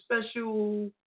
special